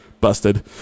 Busted